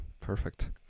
perfect